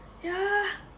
ya